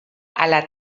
ala